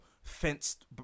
fenced